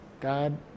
God